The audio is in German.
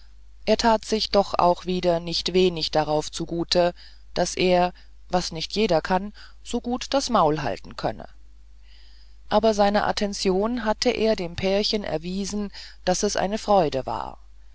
aber er tat sich doch auch wieder nicht wenig darauf zugut daß er was nicht jeder kann so gut das maul halten könne aber seine attention hatte er dem pärchen bewiesen daß es eine freude war